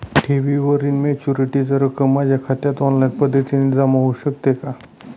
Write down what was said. ठेवीवरील मॅच्युरिटीची रक्कम माझ्या खात्यात ऑनलाईन पद्धतीने जमा होऊ शकते का?